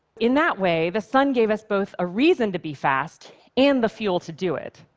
in that way, the sun gave us both a reason to be fast and the fuel to do it.